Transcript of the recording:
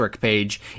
page